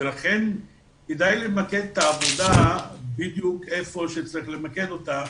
ולכן כדאי למקד את העבודה בדיוק איפה שצריך למקד אותה.